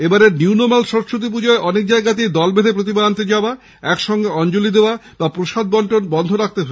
এবারের new normal Saraswati পুজোয় অনেক জায়গাতেই দল বেধে প্রতিমা আনতে যাওয়া একসঙ্গে অঞ্জলী দেওয়া বা প্রসাদ বন্টন বন্ধ রাখা হয়েছে